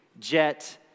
Jet